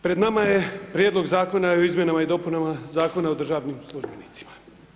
Pred nama je prijedlog Zakona o izmjenama i dopunama Zakona o državnim službenicima.